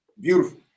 Beautiful